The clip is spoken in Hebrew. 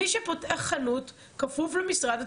מי שפותח חנות כפוף למשרד התקשרות.